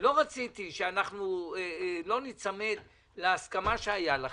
לא רציתי שלא ניצמד להסכמה שהייתה לכם,